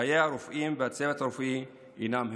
חיי הרופאים והצוות הרפואי הינם הפקר.